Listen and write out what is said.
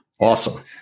awesome